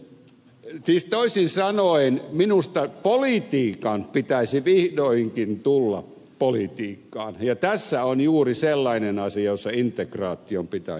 siis toisin sanoen minusta politiikan pitäisi vihdoinkin tulla politiikkaan ja tässä on juuri sellainen asia jossa integraation pitäisi vaikuttaa